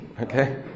Okay